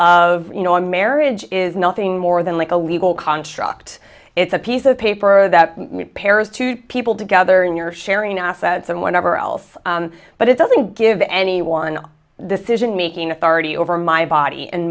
of you know a marriage is nothing more than like a legal construct it's a piece of paper that pairs two people together and you're sharing assets and whatever else but it doesn't give any one decision making authority over my body and